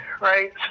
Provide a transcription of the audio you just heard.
right